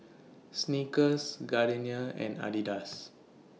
Snickers Gardenia and Adidas